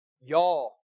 Y'all